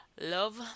love